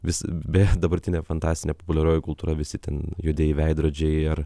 vis beje dabartinė fantastinė populiarioji kultūra visi ten juodieji veidrodžiai ar